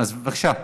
אז, בבקשה.